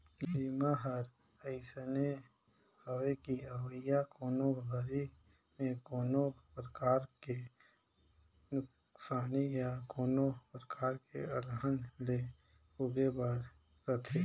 बीमा हर अइसने हवे कि अवइया कोनो घरी मे कोनो परकार के नुकसानी या कोनो परकार के अलहन ले उबरे बर रथे